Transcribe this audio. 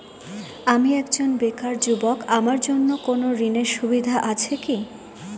আমি একজন বেকার যুবক আমার জন্য কোন ঋণের সুবিধা আছে কি?